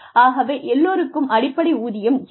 ஆகவே எல்லோருக்குமே அடிப்படை ஊதியம் இருக்கும்